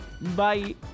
Bye